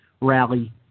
rally